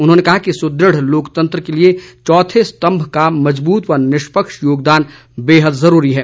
उन्होंने कहा है कि सुदृढ़ लोकतंत्र के लिए चौथे स्तम्भ का मजबूत व निष्पक्ष योगदान बेहद जरूरी है